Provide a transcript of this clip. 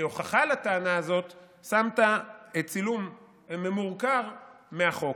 וכהוכחה לטענה הזאת שמת צילום ממורקר מהחוק,